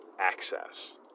access